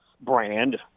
brand